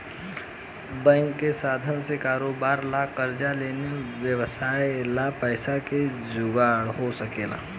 bank के साधन से कारोबार ला कर्जा लेके व्यवसाय ला पैसा के जुगार हो सकेला